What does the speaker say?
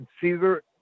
Caesar